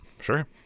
Sure